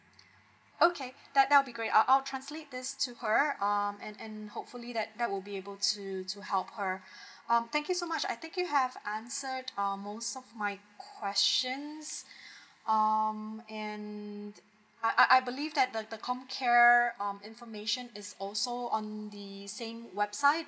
okay that that'll be great I'll I'll translate this to her um and and hopefully that that will be able to to help her um thank you so much I think you have answered um most of my questions um and I I I believe that the the comcare um information is also on the same website